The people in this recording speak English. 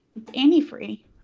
Antifree